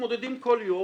מתמודדים כל יום.